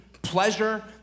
pleasure